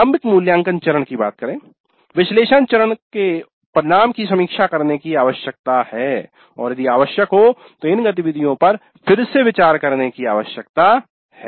प्रारंभिक मूल्यांकन चरण विश्लेषण चरण के परिणाम की समीक्षा करने की आवश्यकता है और यदि आवश्यक हो तो इन गतिविधियों पर फिर से विचार करने की आवश्यकता है